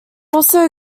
also